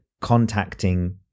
contacting